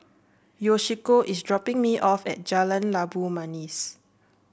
Yoshiko is dropping me off at Jalan Labu Manis